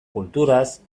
kulturaz